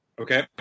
okay